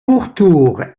pourtour